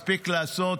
מספיק לעשות